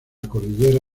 cordillera